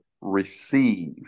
receive